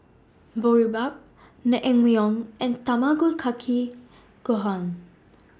Boribap Naengmyeon and Tamago Kake Gohan